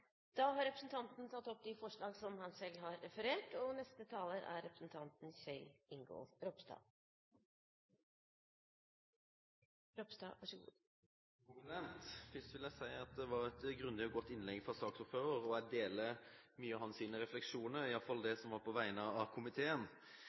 Representanten Robert Eriksson har tatt opp det forslaget han refererte til. Først vil jeg si at det var et grundig og godt innlegg fra saksordføreren, og jeg deler mange av hans refleksjoner,